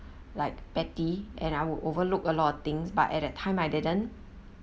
like petty and I would overlook a lot of things but at that time I didn't